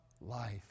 life